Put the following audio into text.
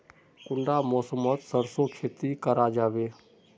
कुंडा मौसम मोत सरसों खेती करा जाबे?